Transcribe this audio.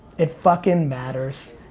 it fucking matters.